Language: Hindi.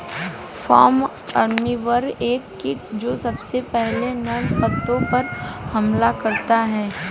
फॉल आर्मीवर्म एक कीट जो सबसे पहले नर्म पत्तों पर हमला करता है